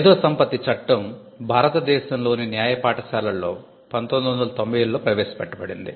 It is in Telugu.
మేధో సంపత్తి చట్టం భారతదేశంలోని న్యాయ పాఠశాలల్లో 1990 లలో ప్రవేశపెట్టబడింది